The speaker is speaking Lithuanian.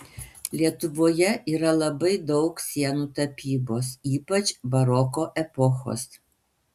lietuvoje yra labai daug sienų tapybos ypač baroko epochos